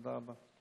תודה רבה.